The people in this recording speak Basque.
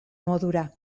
modura